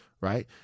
Right